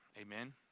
amen